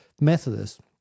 Methodists